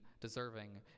deserving